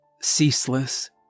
ceaseless